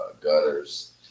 gutters